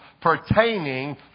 pertaining